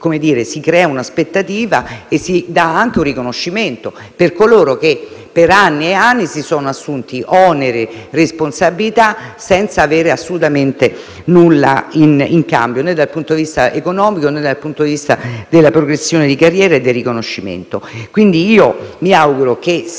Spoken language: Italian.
modo si creerebbe un'aspettativa e si darebbe un riconoscimento a coloro che per anni si sono assunti oneri e responsabilità senza avere assolutamente nulla in cambio, né dal punto di vista economico, né dal punto di vista della progressione di carriera. Mi auguro, quindi,